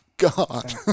God